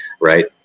right